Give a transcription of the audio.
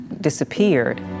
disappeared